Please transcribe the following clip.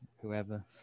whoever